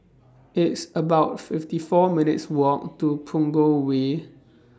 It's about fifty four minutes' Walk to Punggol Way